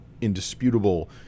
indisputable